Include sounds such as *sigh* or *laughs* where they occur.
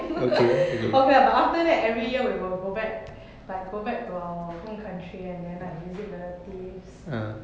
*laughs* okay lah but after that every year we will go back like go back to our home country and then like visit relatives